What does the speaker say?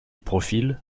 profil